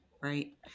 right